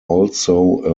also